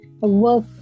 work